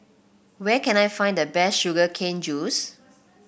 where can I find the best Sugar Cane Juice